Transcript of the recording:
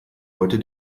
heute